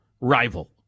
rival